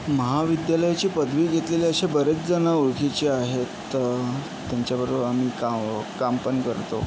महाविद्यालयाची पदवी घेतलेले असे बरेच जण ओळखीचे आहेत तर त्यांच्याबरोबर आम्ही का काम पण करतो